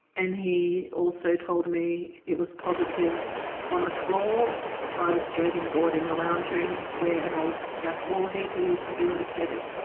and he also told me it was positive on the floor by the skirting board in the lounge room where an old gas wall heater used to be located.